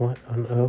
what on earth